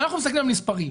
אנחנו מסתכלים על מספרים.